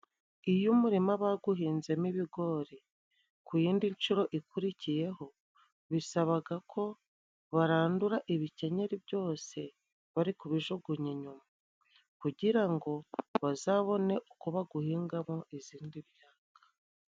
Iyo umurima baguhinzemo ibigori ku yindi nshuro, ikurikiyeho bisabaga ko barandura ibikenyeri byose. Bari kubijuguya inyuma kugira ngo bazabone, uko baguhingamo izindi myaka.